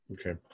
Okay